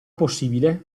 possibile